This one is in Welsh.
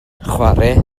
chwarae